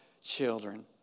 children